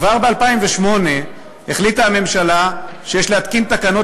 כבר ב-2008 החליטה הממשלה שיש להתקין תקנות